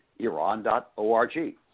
Iran.org